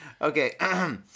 Okay